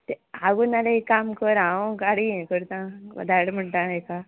ते आगो नाल्यार एक काम कर हांव गाडी हें करता धाड म्हणटा हेका